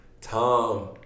Tom